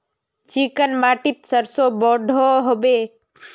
Chicken माटित सरसों बढ़ो होबे?